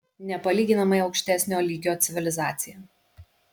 nepalyginamai aukštesnio lygio civilizacija